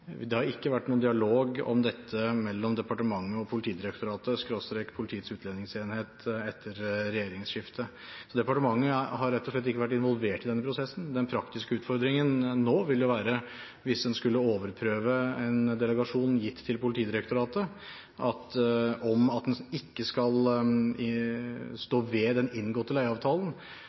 Det har ikke vært noen dialog om dette mellom departementet og Politidirektoratet/Politiets utlendingsenhet etter regjeringsskiftet. Departementet har rett og slett ikke vært involvert i denne prosessen. Den praktiske utfordringen nå vil være hvis en skulle overprøve delegasjonen gitt til Politidirektoratet ved at en ikke skulle stå ved den inngåtte leieavtalen.